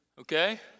Okay